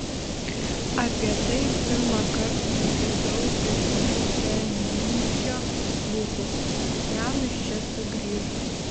apie tai pirmąkart nugirdau iš brzezinskio lūpų jam iš čia sugrįžus